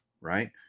right